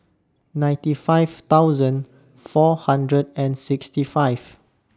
ninety five thousand four hundred and sixty five